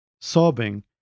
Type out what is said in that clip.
Sobbing